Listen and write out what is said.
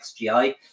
XGI